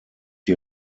die